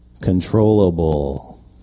Controllable